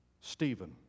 Stephen